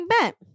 bet